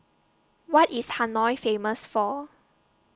What IS Hanoi Famous For